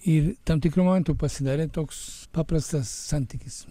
ir tam tikru momentu pasidarė toks paprastas santykis